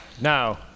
Now